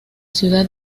ciudad